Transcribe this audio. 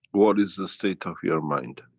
what is the state of your mind?